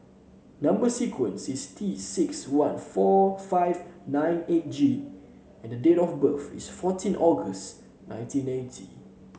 number sequence is T six one four five nine eight G and the date of birth is fourteen August nineteen eighty